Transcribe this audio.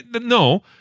no